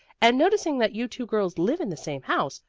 and noticing that you two girls live in the same house,